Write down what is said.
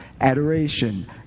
adoration